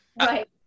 right